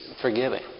forgiving